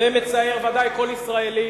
זה מצער ודאי כל ישראלי,